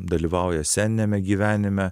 dalyvauja sceniniame gyvenime